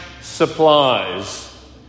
supplies